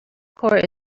core